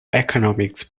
economics